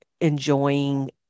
enjoying